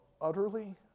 utterly